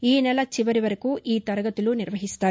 ఈ నెల చివరి వరకు ఈ తరగతులు నిర్వహిస్తారు